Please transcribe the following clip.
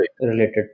related